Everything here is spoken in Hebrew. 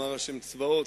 אמר ה' צבאות,